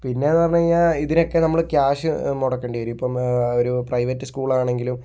പിന്നെ എന്ന് പറഞ്ഞു കഴിഞ്ഞാൽ ഇതിനൊക്കെ നമ്മള് ക്യാഷ് മുടക്കേണ്ടി വരും ഇപ്പം ഒരു പ്രൈവറ്റ് സ്കൂൾ ആണെങ്കിലും